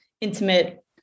intimate